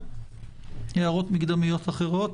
אין הערות מקדמות אחרות,